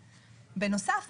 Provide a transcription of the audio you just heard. בנוסף,